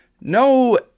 No